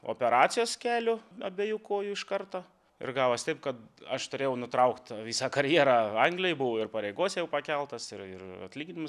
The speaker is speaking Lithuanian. operacijos kelio abiejų kojų iš karto ir gavos taip kad aš turėjau nutraukt visą karjerą anglijoj buvau ir pareigose jau pakeltas ir ir atlyginimas